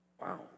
Wow